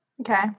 Okay